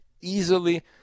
easily